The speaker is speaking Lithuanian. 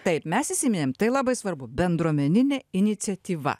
taip mes įsiminėm tai labai svarbu bendruomeninė iniciatyva